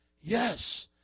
Yes